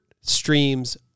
streams